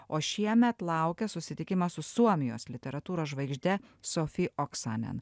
o šiemet laukia susitikimas su suomijos literatūros žvaigžde sofi oksanen